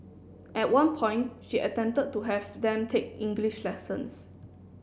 at one point she attempted to have them take English lessons